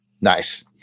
Nice